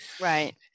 right